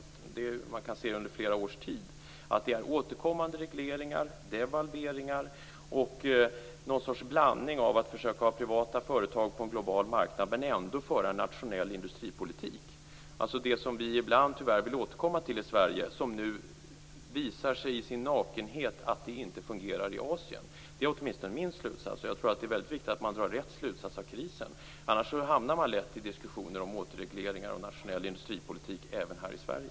Man har under flera års tid kunnat se återkommande regleringar, devalveringar och någon sorts blandning av att försöka ha privata företag på en global marknad och ändå föra en nationell industripolitik - alltså det som vi ibland tyvärr vill återkomma till i Sverige, som nu i sin nakenhet visar sig inte fungera i Asien. Detta är åtminstone min slutsats. Jag tror att det är väldigt viktigt att vi drar rätt slutsats av krisen, annars hamnar vi lätt i diskussioner om återregleringar och nationell industripolitik även här i Sverige.